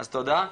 אז תודה.